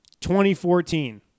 2014